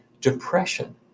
Depression